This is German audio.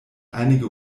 einige